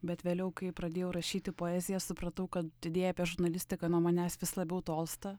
bet vėliau kai pradėjau rašyti poeziją supratau kad idėja apie žurnalistiką nuo manęs vis labiau tolsta